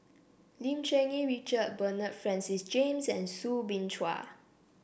Lim Cherng Yih Richard Bernard Francis James and Soo Bin Chua